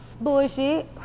Bullshit